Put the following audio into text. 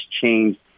changed